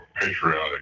patriotic